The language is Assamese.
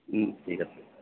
ঠিক আছে